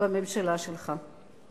בממשלה שלך.